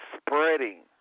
spreading